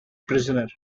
prisoner